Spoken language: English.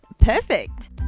Perfect